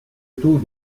taux